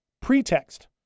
pretext